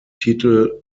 titel